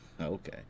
Okay